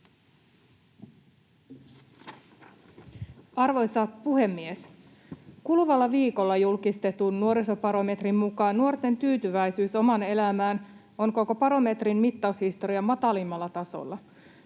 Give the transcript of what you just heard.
Arvoisa puhemies! Kuluvalla viikolla julkistetun nuorisobarometrin mukaan nuorten tyytyväisyys omaan elämään on koko barometrin mittaushistorian matalimmalla tasolla.